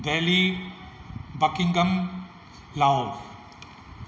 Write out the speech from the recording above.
Delhi Buckingham Lahore